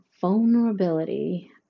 vulnerability